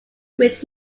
which